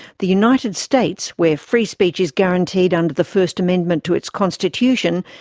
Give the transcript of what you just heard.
the united states, where free speech is guaranteed under the first amendment to its constitution,